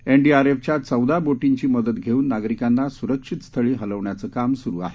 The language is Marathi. एनडीआरएफच्या चौदा बोटींची मदत घेऊन नागरिकांना सुरक्षित स्थळी हलवण्याचं काम सुरु आहे